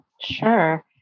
Sure